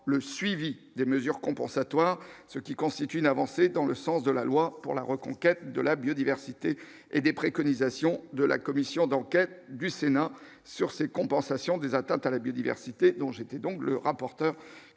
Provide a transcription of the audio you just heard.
le suivi des mesures compensatoires, ce qui constitue une avancée dans le sens de la loi pour la reconquête de la biodiversité et des préconisations de la commission d'enquête du Sénat sur ces compensations des atteintes à la biodiversité dont j'étais donc le rapporteur,